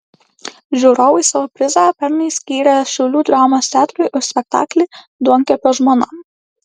žiūrovai savo prizą pernai skyrė šiaulių dramos teatrui už spektaklį duonkepio žmona